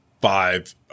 five –